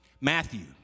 matthew